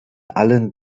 allen